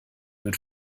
wird